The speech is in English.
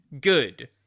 Good